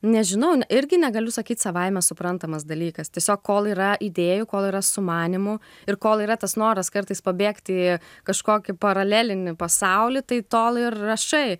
nežinau irgi negaliu sakyt savaime suprantamas dalykas tiesiog kol yra idėjų kol yra sumanymų ir kol yra tas noras kartais pabėgti į kažkokį paralelinį pasaulį tai tol ir rašai